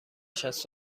شصت